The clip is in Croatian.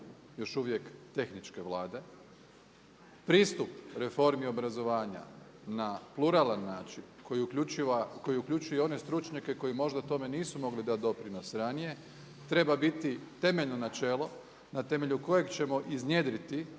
još uvijek tehničke Vlade. Pristup reformi obrazovanja na pluralan način koji uključuje i one stručnjake koji možda tome nisu mogli dati doprinos ranije treba biti temeljno načelo na temelju kojeg ćemo iznjedriti